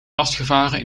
vastgevaren